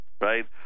right